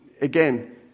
again